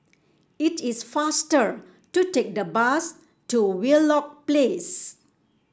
it is faster to take the bus to Wheelock Place